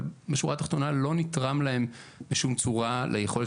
אבל בשורה תחתונה לא נתרם להם בשום צורה על ליכולת